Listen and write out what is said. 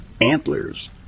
antlers